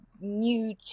new